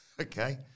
Okay